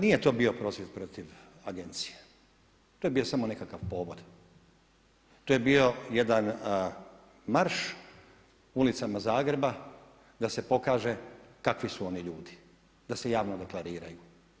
Nije to bio prosvjed protiv agencije, to je bio samo nekakav povod, to je bio jedan marš ulicama Zagreba da se pokaže kakvi su oni ljudi, da se javno deklariraju.